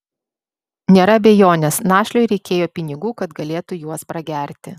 nėra abejonės našliui reikėjo pinigų kad galėtų juos pragerti